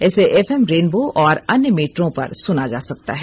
इसे FM rainbow और अन्य मीटरों पर सुना जा सकता है